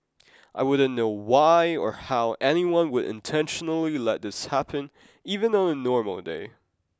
I wouldn't know why or how anyone would intentionally let this happen even on a normal day